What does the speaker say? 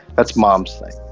that's mom's thing.